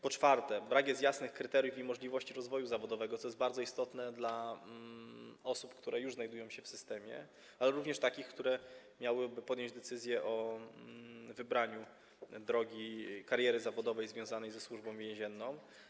Po czwarte, brak jest jasnych kryteriów i możliwości rozwoju zawodowego, co jest bardzo istotne dla osób, które już znajdują się w systemie, ale również takich, które miałyby podjąć decyzję o wybraniu drogi kariery zawodowej związanej ze Służbą Więzienną.